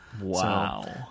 Wow